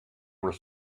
were